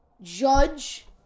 Judge